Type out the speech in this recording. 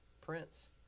Prince